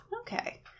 okay